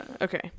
Okay